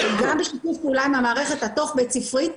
אבל גם בשיתוף פעולה עם המערכת התוך בית ספרית.